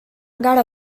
gara